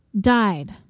died